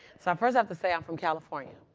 so first, i have to say i'm from california.